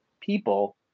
people